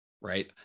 right